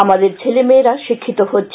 আমাদের ছেলেমেয়েরা শিক্ষিত হচ্ছে